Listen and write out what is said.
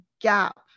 gap